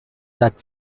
that